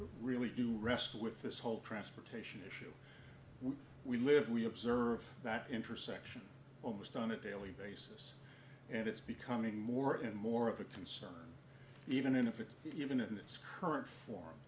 really do rest with this whole transportation issue we live we observe that introspection almost on a daily basis and it's becoming more and more of a concern even if it's even in its current form